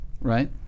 right